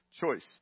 choice